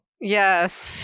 yes